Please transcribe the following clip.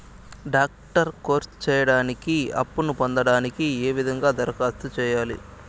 Doctor course సేయడానికి అప్పును పొందడానికి ఏ విధంగా దరఖాస్తు సేయాలి?